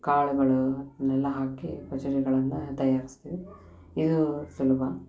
ಕಾಳುಗಳು ಇದನ್ನೆಲ್ಲ ಹಾಕಿ ಪಚಡಿಗಳನ್ನು ತಯಾರಿಸ್ತೇವೆ ಇದು ಸುಲಭ